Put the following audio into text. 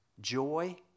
Joy